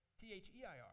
T-H-E-I-R